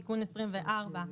תיקון 24,